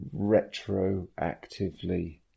retroactively